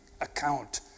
account